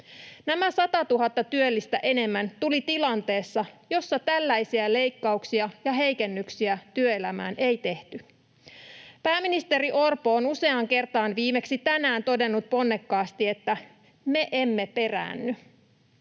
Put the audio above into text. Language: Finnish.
Nämä 100 000 työllistä enemmän tulivat tilanteessa, jossa tällaisia leikkauksia ja heikennyksiä työelämään ei tehty. Pääministeri Orpo on useaan kertaan, viimeksi tänään, todennut ponnekkaasti, että me emme peräänny